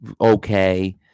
Okay